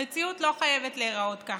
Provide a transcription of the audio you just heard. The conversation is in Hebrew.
המציאות לא חייבת להיראות ככה.